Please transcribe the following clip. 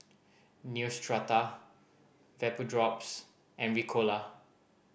Neostrata Vapodrops and Ricola